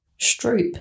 Stroop